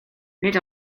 nid